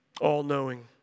all-knowing